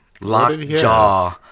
Lockjaw